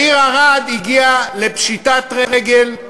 העיר ערד הגיעה לפשיטת רגל,